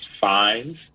fines